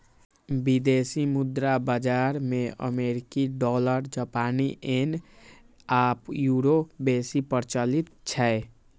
विदेशी मुद्रा बाजार मे अमेरिकी डॉलर, जापानी येन आ यूरो बेसी प्रचलित छै